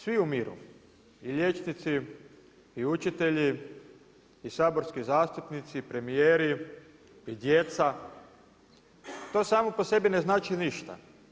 Svi umiru i liječnici i učitelji i saborski zastupnici, premjeri, djeca, to samo po sebi ne znači ništa.